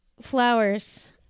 flowers